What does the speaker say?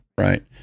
right